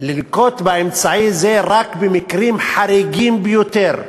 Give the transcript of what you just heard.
לנקוט אמצעי זה רק במקרים חריגים ביותר,